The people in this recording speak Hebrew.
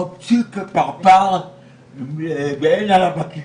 חופשי כפרפר ואין עליו אכיפה.